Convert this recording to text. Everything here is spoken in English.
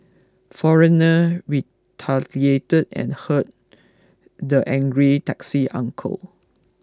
foreigner retaliated and hurt the angry taxi uncle